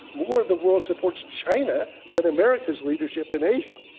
more of the world supports china than america's leadership in asia,